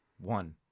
one